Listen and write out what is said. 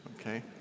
okay